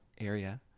area